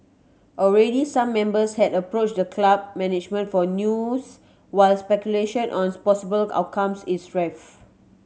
already some members had approached the club management for news while speculation on possible outcomes is rife